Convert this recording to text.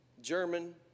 German